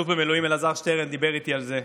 אלוף במילואים אלעזר שטרן, דיבר איתי על זה,